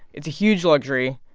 it's a huge luxury.